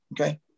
okay